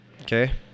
Okay